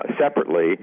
separately